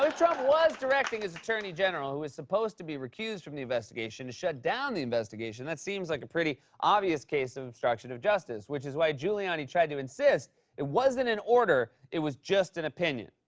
like trump was directing his attorney general, who is supposed to be recused from the investigation, to shut down the investigation, that seems like a pretty obvious case of obstruction of justice, which is why giuliani tried to insist it wasn't an order, it was just an opinion.